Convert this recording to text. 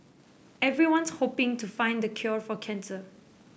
everyone's hoping to find the cure for cancer